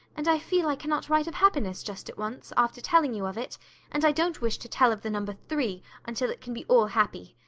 and i feel i cannot write of happiness just at once, after telling you of it and i don't wish to tell of the number three until it can be all happy.